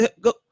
go